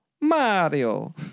Mario